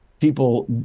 people